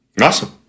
Awesome